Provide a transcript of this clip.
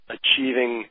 achieving